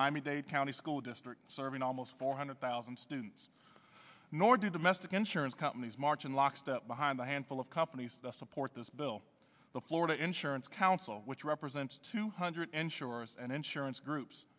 miami dade county school district serving almost four hundred thousand students nor do the best insurance companies march in lockstep behind the handful of companies that support this bill the florida insurance council which represents two hundred insurers and insurance groups